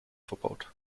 verbaut